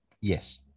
Yes